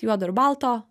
juodo ir balto